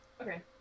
Okay